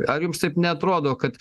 ar jums taip neatrodo kad